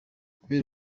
kubera